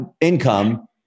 income